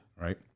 Right